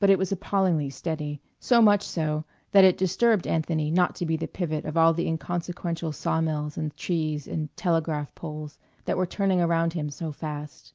but it was appallingly steady so much so that it disturbed anthony not to be the pivot of all the inconsequential sawmills and trees and telegraph poles that were turning around him so fast.